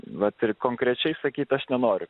vat ir konkrečiai sakyti aš nenoriu